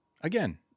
Again